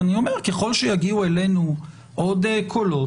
ככל שיגיעו אלינו עוד קולות,